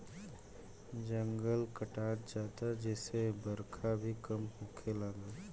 जंगल कटात जाता जेसे बरखा भी कम होखे लागल